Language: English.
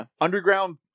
Underground